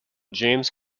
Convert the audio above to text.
james